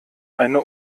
eine